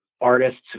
artists